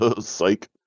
psych